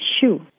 shoe